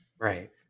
Right